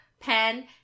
pen